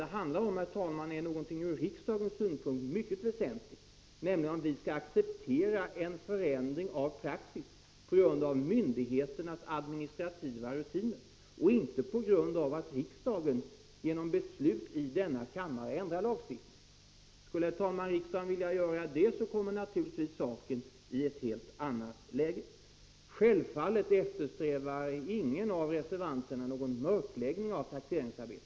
Det handlar, herr talman, om någonting ur riksdagens synpunkt mycket väsentligt, nämligen om vi skall acceptera en förändring av praxis på grund av myndigheternas administrativa rutiner och inte på grund av att riksdagen genom beslut i denna kammare ändrar lagstiftningen. Skulle riksdagen verkligen vilja vidta förändringar, kommer saken naturligtvis i ett annat läge. Självfallet eftersträvar ingen av reservanterna någon mörkläggning av taxeringsarbetet.